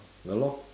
ya lor